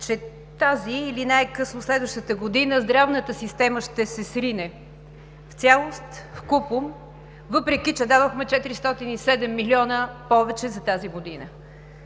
че тази или най-късно следващата година здравната система ще се срине в цялост, вкупом, въпреки че дадохме 407 млн. лв. повече за тази година.